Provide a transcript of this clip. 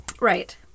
Right